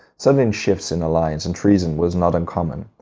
sudden shifts in alliance and treason was not uncommon.